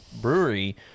brewery